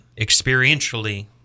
experientially